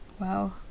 Wow